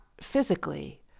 physically